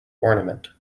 ornament